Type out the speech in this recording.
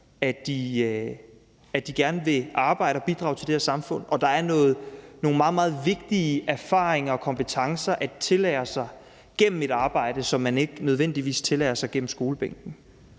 at de gerne vil arbejde og bidrage til det her samfund, og at der er nogle meget, meget vigtige erfaringer og kompetencer at tilegne sig gennem et arbejde, som man ikke nødvendigvis tilegner sig på skolebænken.